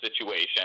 situation